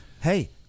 hey